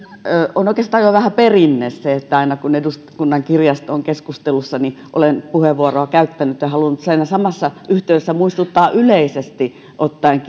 on oikeastaan jo vähän perinne että aina kun eduskunnan kirjasto on keskustelussa olen puheenvuoroa käyttänyt ja halunnut siinä samassa yhteydessä muistuttaa yleisesti ottaen